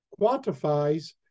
quantifies